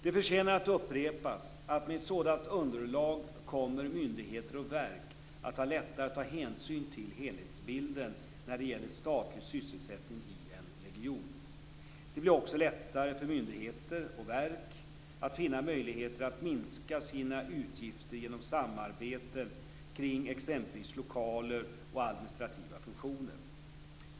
Det förtjänar att upprepas att med ett sådant underlag kommer myndigheter och verk att ha lättare att ta hänsyn till helhetsbilden när det gäller statlig sysselsättning i en region. Det blir också lättare för myndigheter och verk att finna möjligheter att minska sina utgifter genom samarbeten kring exempelvis lokaler och administrativa funktioner.